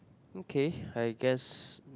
okay I guess